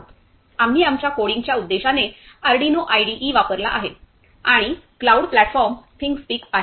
आम्ही आमच्या कोडिंगच्या उद्देशाने अर्डिनो आयडीई वापरला आहे आणि क्लाऊड प्लॅटफॉर्म थिंगस्पीक आहे